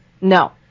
No